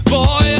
Boy